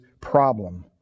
problem